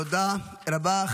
תודה רבה.